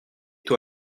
tôt